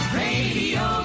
radio